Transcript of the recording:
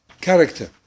Character